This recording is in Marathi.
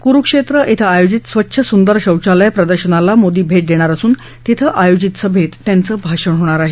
कुरुक्षेत्र आयोजित स्वच्छ सुंदर शौचालय प्रदर्शनाला मोदी भेट देणार असून तिथं आयोजित सभेत त्यांचं भाषण होणार आहे